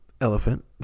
elephant